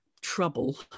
trouble